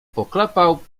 poklepał